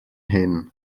hyn